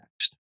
next